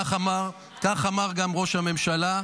כך אמר גם ראש הממשלה.